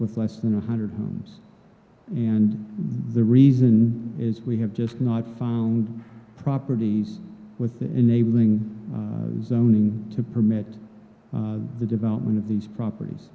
with less than a hundred homes and the reason is we have just not found properties with the enabling zoning to permit the development of these properties